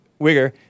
Wigger